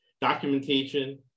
documentation